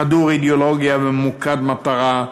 חדור אידיאולוגיה וממוקד מטרה,